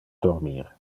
dormir